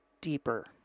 deeper